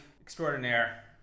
extraordinaire